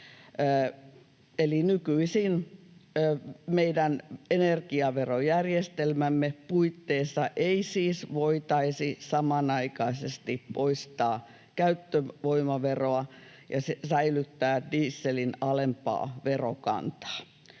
nykyisin meidän energiaverojärjestelmämme puitteissa ei siis voitaisi samanaikaisesti poistaa käyttövoimaveroa ja säilyttää dieselin alempaa verokantaa.